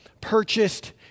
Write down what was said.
purchased